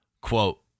quote